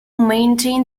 maintain